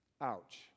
Ouch